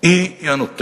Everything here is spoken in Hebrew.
השעון, היא הנותנת: